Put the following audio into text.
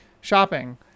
shopping